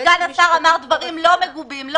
שסגן השר אמר דברים לא נכונים,